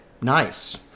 Nice